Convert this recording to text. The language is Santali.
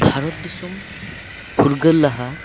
ᱵᱷᱟᱨᱚᱛ ᱫᱤᱥᱚᱢ ᱯᱷᱩᱨᱜᱟᱹᱞ ᱞᱟᱦᱟ